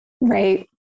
Right